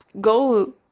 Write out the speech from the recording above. go